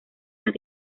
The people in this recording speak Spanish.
las